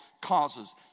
causes